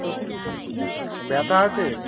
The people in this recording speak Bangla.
ও ও ব্যথা আছে